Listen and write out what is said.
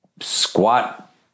squat